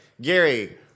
gary